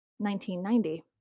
1990